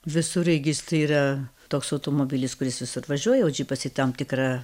visureigis tai yra toks automobilis kuris visur važiuoja o džipas į tam tikrą